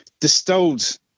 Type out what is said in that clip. distilled